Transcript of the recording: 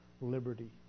liberty